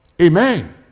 Amen